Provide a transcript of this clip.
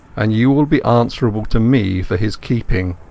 and you will be answerable to me for his keeping